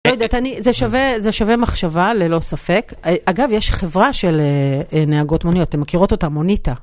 לא יודעת, זה שווה מחשבה ללא ספק. אגב, יש חברה של נהגות מוניות, אתם מכירות אותה, מוניטה.